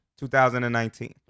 2019